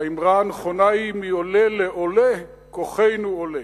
האמרה הנכונה היא "מעולה לעולה כוחנו עולה".